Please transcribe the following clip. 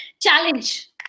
Challenge